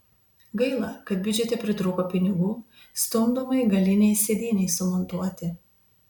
gaila kad biudžete pritrūko pinigų stumdomai galinei sėdynei sumontuoti